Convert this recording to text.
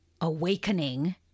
awakening